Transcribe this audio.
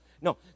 No